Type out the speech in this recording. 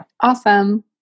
Awesome